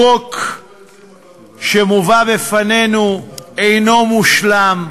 החוק שמובא בפנינו אינו מושלם,